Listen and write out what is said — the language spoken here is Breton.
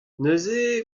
neuze